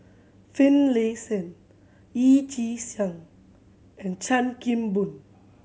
Finlayson Yee Chi Seng and Chan Kim Boon